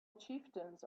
chieftains